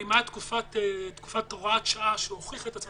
אם הייתה תקופת הוראת שעה שהוכיחה את עצמה